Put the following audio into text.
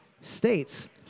states